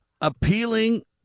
Appealing